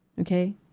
Okay